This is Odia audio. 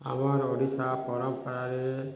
ଆମର୍ ଓଡ଼ିଶା ପରମ୍ପରାରେ